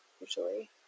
usually